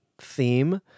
theme